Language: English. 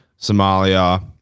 Somalia